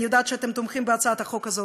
אני יודעת שאתם תומכים בהצעת החוק הזאת,